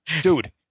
dude